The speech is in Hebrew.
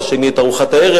השני את ארוחת הערב.